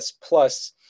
plus